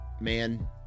man